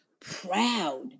proud